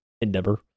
endeavor